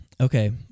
Okay